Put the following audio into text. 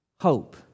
hope